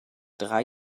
drei